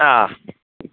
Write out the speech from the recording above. ആ